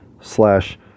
slash